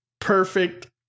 perfect